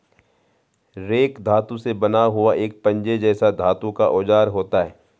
rake धातु से बना हुआ एक पंजे जैसा धातु का औजार होता है